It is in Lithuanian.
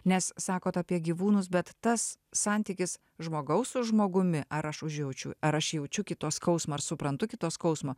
nes sakot apie gyvūnus bet tas santykis žmogaus su žmogumi ar aš užjaučiu ar aš jaučiu kito skausmą ar suprantu kito skausmą